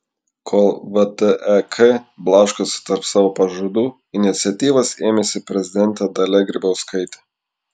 kol vtek blaškosi tarp savo pažadų iniciatyvos ėmėsi prezidentė dalia grybauskaitė